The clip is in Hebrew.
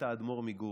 את האדמו"ר מגור.